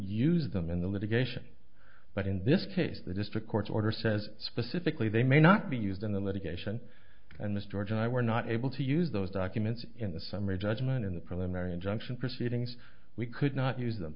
use them in the litigation but in this case the district court's order says specifically they may not be used in the litigation and mr george and i were not able to use those documents in the summary judgment in the preliminary injunction proceedings we could not use them